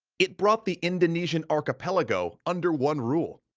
it brought the indonesian archipelago under one rule.